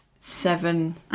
seven